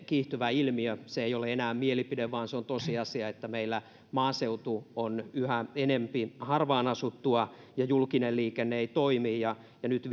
kiihtyvä ilmiö se ei ole enää mielipide vaan se on tosiasia että meillä maaseutu on yhä enempi harvaanasuttua ja julkinen liikenne ei toimi ja ja nyt